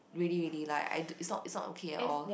really really like I it's not it's not okay at all